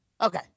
Okay